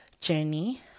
journey